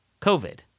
COVID